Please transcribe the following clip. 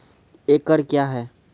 एकड कया हैं?